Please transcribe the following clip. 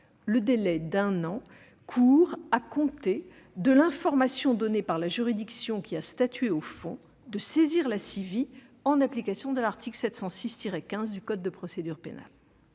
le délai d'un an court à compter de l'information, donnée par la juridiction qui a statué au fond, de la possibilité de saisir la CIVI, en application de l'article 706-15 du code de procédure pénale.